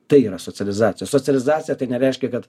tai yra socializacija socializacija tai nereiškia kad